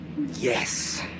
Yes